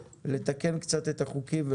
לתקן קצת את החוקים,